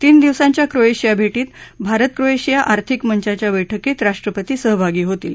तीन दिवसांच्या क्रोएशिया भेटीत भारत क्रोएशिया आर्थिक मंचाच्या बर्ष्क्रीत राष्ट्रपती सहभागी होतील